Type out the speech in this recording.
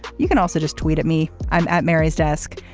you can also just tweeted me i'm at mary's desk.